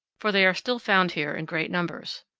for they are still found here in great numbers.